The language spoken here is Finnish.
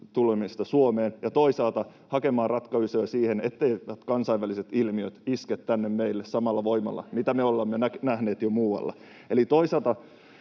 tulemista Suomeen ja toisaalta hakemaan ratkaisuja siihen, etteivät kansainväliset ilmiöt iske tänne meille samalla voimalla mitä me olemme nähneet jo muualla.